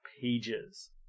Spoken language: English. pages